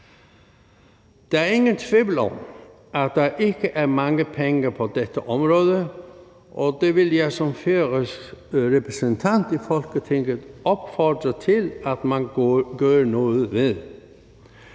Der er ingen tvivl om, at der ikke er mange penge på dette område, og det vil jeg som færøsk repræsentant i Folketinget opfordre til at man gør noget ved.